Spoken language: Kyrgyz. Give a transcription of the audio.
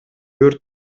өрт